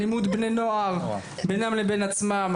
אלימות בני נוער בינם לבין עצמם,